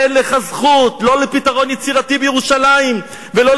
אין לך זכות לא לפתרון יצירתי בירושלים ולא,